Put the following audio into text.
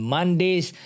Mondays